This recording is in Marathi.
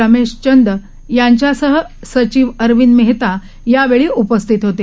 रमेश चांद यांच्यासह सचिव अरविंद मेहता यावेळी उपस्थित होते